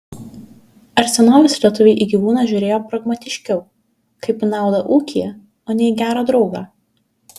ar senovės lietuviai į gyvūną žiūrėjo pragmatiškiau kaip į naudą ūkyje o ne į gerą draugą